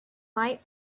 might